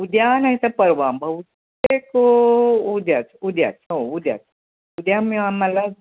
उद्या नाही तर परवा बहुतेकं उद्याच उद्याच हो उद्याच उद्या आम्हाला